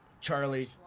Charlie